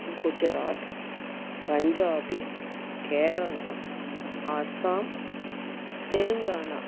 Gujarat Punjab Kerala Assam Telangana